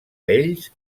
ells